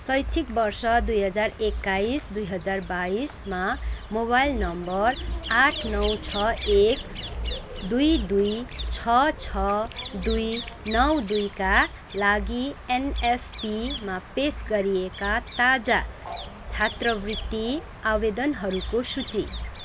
शैक्षिक वर्ष दुई हजार एक्काइस दुई हजार बाइसमा मोबाइल नम्बर आठ नौ छ एक दुई दुई छ छ दुई नौ दुईका लागि एनएसपीमा पेस गरिएका ताजा छात्रवृत्ति आवेदनहरूको सूची